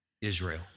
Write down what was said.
Israel